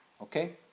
Okay